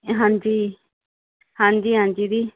ਹਾਂਜੀ ਹਾਂਜੀ ਹਾਂਜੀ ਦੀ